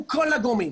עם כל הגורמים.